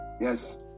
Yes